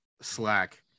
slack